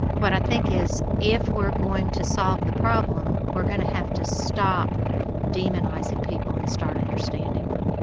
what i think is if we're going to solve the problem we're going to have to stop demonising people and start understanding them.